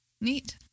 Neat